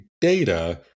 data